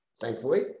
thankfully